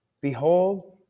Behold